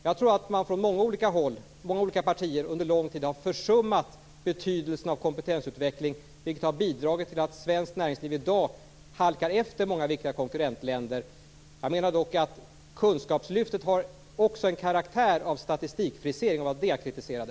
Jag tror att man från många olika håll och från olika partier har försummat betydelsen av kompetensutveckling, vilket har bidragit till att svenskt näringsliv i dag halkar efter många viktiga konkurrentländer. Kunskapslyftet har också en karaktär av statistikfrisering. Det var detta som jag kritiserade.